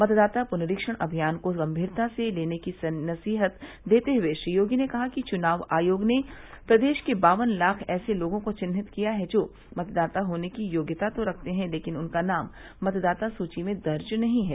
मतदाता पुनरीक्षण अभियान को गंभीरता से लेने की नसीहत देते हुए श्री योगी ने कहा कि चुनाव आयोग ने प्रदेश के बावन लाख ऐसे लोगों को विन्हित किया है जो मतदाता होने की योग्यता तो रखते हैं लेकिन उनका नाम मतदाता सूची में दर्ज नहीं है